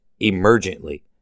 emergently